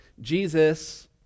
Jesus